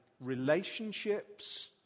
relationships